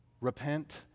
Repent